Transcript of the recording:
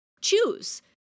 choose